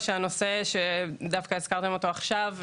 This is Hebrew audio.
דווקא הנושא שהזכרתם אותו עכשיו,